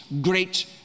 great